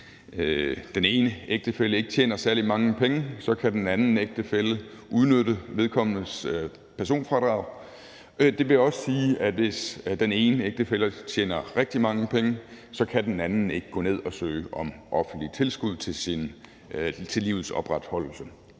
hvis den ene ægtefælle ikke tjener særlig mange penge, så kan den anden ægtefælle udnytte vedkommendes personfradrag. Det vil også sige, at hvis den ene ægtefælle tjener rigtig mange penge, kan den anden ikke gå ned og søge om offentlige tilskud til livets opretholdelse.